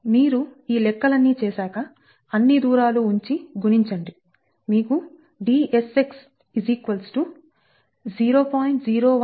మీరు ఈ లెక్కలన్నీ చేశాక అన్ని దూరాలు ఉంచి గుణించండి మీకు Dsx 0